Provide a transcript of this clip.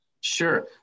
Sure